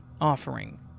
offering